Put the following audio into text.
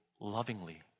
lovingly